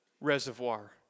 Reservoir